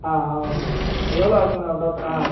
ஆ ஆமாம் மேம் எவ்வளோ ஆச்சு மேடம் டோட் ஆ